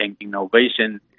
innovation